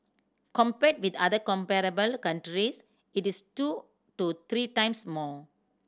compared with other comparable countries it is two to three times more